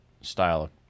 style